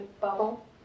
bubble